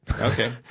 Okay